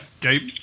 Gabe